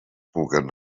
puguen